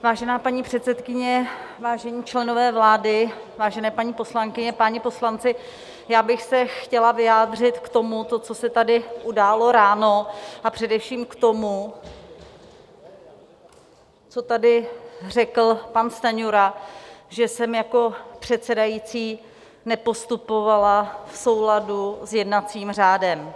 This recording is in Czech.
Vážená paní předsedkyně, vážení členové vlády, vážené paní poslankyně, páni poslanci, já bych se chtěla vyjádřit k tomu, co se tady událo ráno, a především k tomu, co tady řekl pan Stanjura, že jsem jako předsedající nepostupovala v souladu s jednacím řádem.